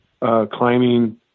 climbing